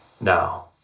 now